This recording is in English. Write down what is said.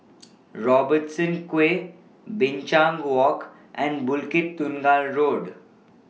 Robertson Quay Binchang Walk and Bukit Tunggal Road